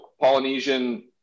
Polynesian